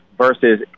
versus